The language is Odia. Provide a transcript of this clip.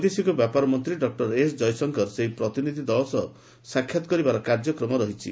ବୈଦେଶିକ ବ୍ୟାପାର ମନ୍ତ୍ରୀ ଡକ୍ଟର ଏସ୍ ଜୟଶଙ୍କର ସେହି ପ୍ରତିନିଧି ଦଳ ସହ ସାକ୍ଷାତ୍ କରିବାର କାର୍ଯ୍ୟକ୍ରମ ରହିଛି